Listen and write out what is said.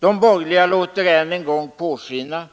De borgerliga låter ännu en gång påskina